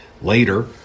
Later